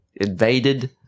invaded